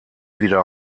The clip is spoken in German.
wieder